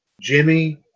jimmy